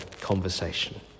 conversation